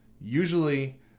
usually